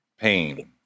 Pain